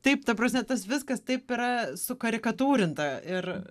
taip ta prasme tas viskas taip yra sukarikatūrinta ir